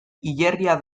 hilerria